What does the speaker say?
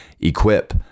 equip